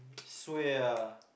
swear ah